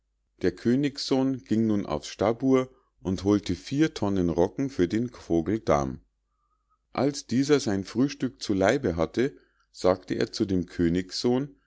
der königssohn ging nun aufs stabur und holte vier tonnen rocken für den vogel dam als dieser sein frühstück zu leibe hatte sagte er zu dem königssohn